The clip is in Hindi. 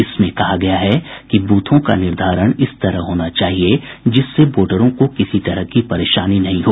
इसमें कहा गया है कि ब्रथों का निर्धारण इस तरह होना चाहिए जिससे वोटरों को किसी तरह की परेशानी नहीं हो